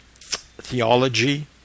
theology